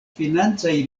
financaj